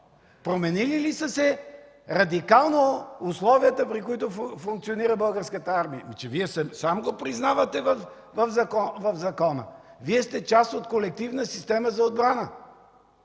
Променили са се радикално условията, при които функционира Българската армия. Вие сам го признавате в закона. Вие сте част от колективна система за отбрана.